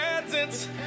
presence